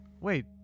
Wait